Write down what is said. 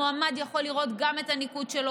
המועמד יכול לראות גם את הניקוד שלו